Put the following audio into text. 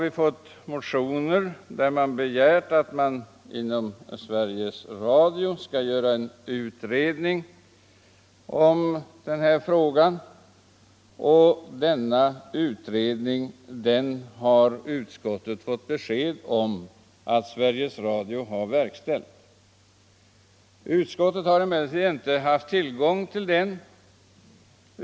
I motioner har nu krävts att Sveriges Radio skall utreda den här frågan, och utskottet har fått besked om att Sveriges Radio har gjort denna utredning. Utskottet har emellertid inte haft tillgång till den.